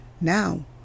Now